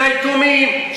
של היתומים,